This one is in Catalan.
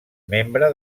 membre